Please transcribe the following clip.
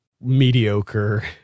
mediocre